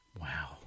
Wow